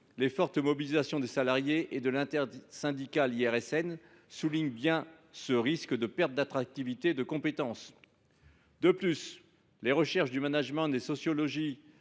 Les fortes mobilisations des salariés et de l’intersyndicale de l’IRSN soulignent bien ce risque de perte d’attractivité et de compétences. De plus, les recherches en management et en sociologie